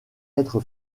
être